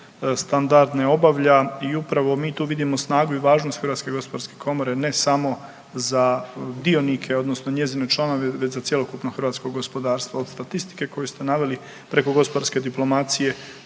standardne obavlja i upravo mi tu vidimo snagu i važnost HGK, ne samo za dionike odnosno njezine članove već za cjelokupno hrvatsko gospodarstvo od statistike koju ste naveli preko gospodarske diplomacije